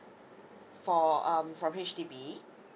for um from H_D_B